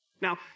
Now